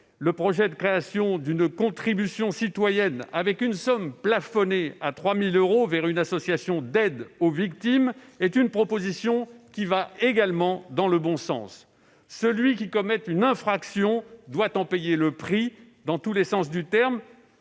Le projet de création d'une contribution citoyenne plafonnée à 3 000 euros au bénéfice d'une association d'aide aux victimes est une proposition qui va également dans le bon sens. Celui qui commet une infraction doit en payer le prix dans tous les sens du terme,